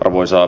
kiitos